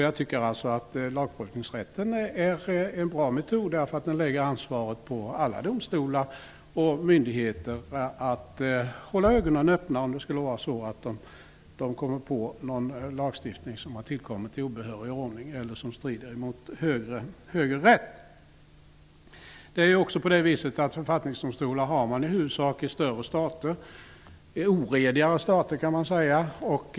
Jag tycker att lagprövningsrätten är en bra metod, eftersom den lägger ansvar på alla domstolar och myndigheter att hålla ögonen öppna inför om någon lagstiftning har tillkommit i obehörig ordning eller strider mot högre rätt. Dessutom har man författningsdomstolar huvudsakligen i större stater, dels i mera ''orediga'' stater, dels i federationer.